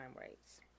rates